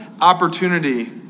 opportunity